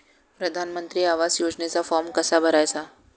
प्रधानमंत्री आवास योजनेचा फॉर्म कसा भरायचा?